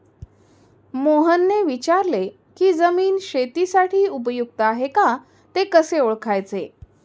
मोहनने विचारले की जमीन शेतीसाठी उपयुक्त आहे का ते कसे ओळखायचे?